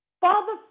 Father